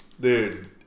Dude